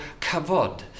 kavod